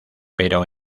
pero